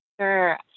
Sure